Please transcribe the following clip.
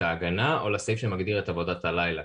ההגנה או לסעיף שמגדיר את עבודת הלילה.